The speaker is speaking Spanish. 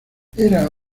era